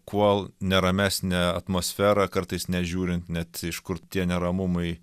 kuo neramesnę atmosferą kartais nežiūrint net iš kur tie neramumai